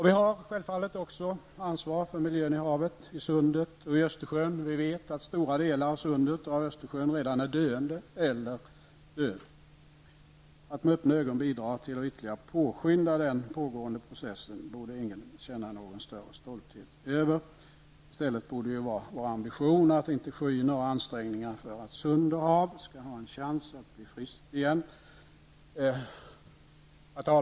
Vi har självfallet ansvar också för miljön i havet, för miljön i sundet och i Östersjön. Vi vet att stora delar av sundet och av Östersjön redan är döende eller har dött. Att med öppna ögon bidra till att ytterligare påskynda den pågående processen borde ingen känna någon större stolthet över. Vår ambition borde i stället vara att inte sky några ansträngningar för att sund och hav skall ha någon chans att bli friska igen.